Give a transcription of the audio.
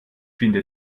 finde